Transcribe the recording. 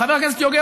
חבר הכנסת יוגב,